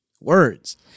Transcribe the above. words